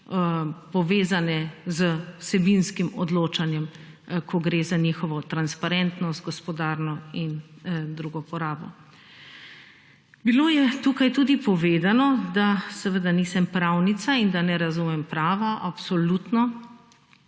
povezane z vsebinskim odločanjem, ko gre za njihovo transparentno, gospodarno in drugo porabo. Bilo je tukaj tudi povedano, da seveda nisem pravnica in da ne razumem prava. Absolutno,